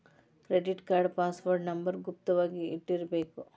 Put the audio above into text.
credit card password number ಗುಪ್ತ ವಾಗಿ ಇಟ್ಟಿರ್ಬೇಕ